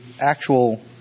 actual